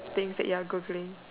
things that you are Googling